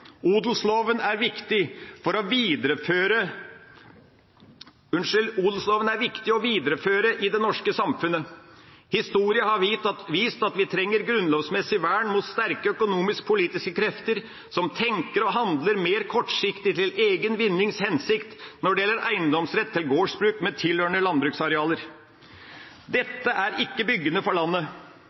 odelsloven er viktig å videreføre i det norske samfunnet. Historien har vist at vi trenger grunnlovsmessig vern mot sterke økonomisk-politiske krefter som tenker og handler mer kortsiktig til egen vinnings hensikt når det gjelder eiendomsrett til gårdsbruk med tilhørende landbruksarealer. Dette er ikke byggende for landet.